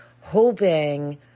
hoping